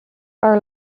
are